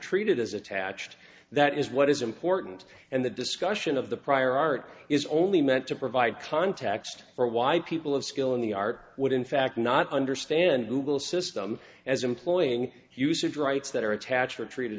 treated as attached that is what is important and the discussion of the prior art is only meant to provide context for why people of skill in the art would in fact not understand google system as employing usage rights that are attached or treated